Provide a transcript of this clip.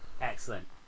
excellent